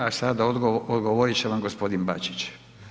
A sada odgovoriti će vam gospodin Bačić.